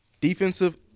Defensive